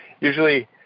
usually